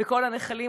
וכל הנחלים,